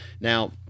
now